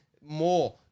more